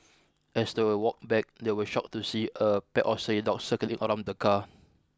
as they were walked back they were shocked to see a pack of stray dogs circling around the car